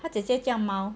他姐姐叫猫